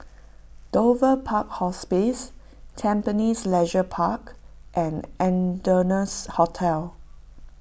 Dover Park Hospice Tampines Leisure Park and Ardennes Hotel